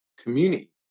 community